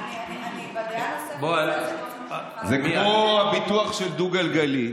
אני בדעה נוספת, זה כמו הביטוח של דו-גלגלי.